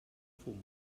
fum